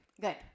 Good